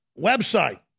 website